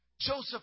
Joseph